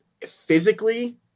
physically